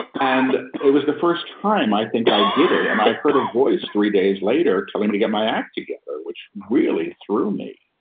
and it was the first time i think i did it and i heard a voice three days later telling me to get my act together, which really threw me.